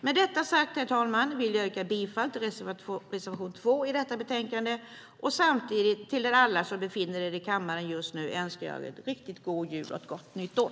Med detta sagt, herr talman, vill jag yrka bifall till reservation 2 i detta utlåtande och samtidigt önska er alla som befinner er i kammaren just nu en riktigt god jul och ett gott nytt år.